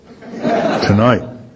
tonight